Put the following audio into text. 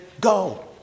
go